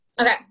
Okay